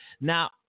Now